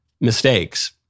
mistakes